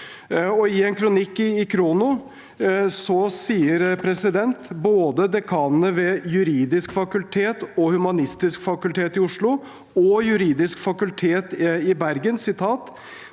I en kronikk i Khrono sier både dekanene ved juridisk fakultet og humanistisk fakultet i Oslo og dekanen ved juridisk fakultet i Bergen